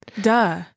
Duh